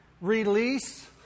release